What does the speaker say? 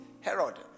Herod